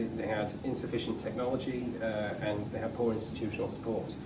they had insufficient technology and they had poor institutional support.